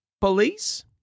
Police